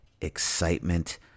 excitement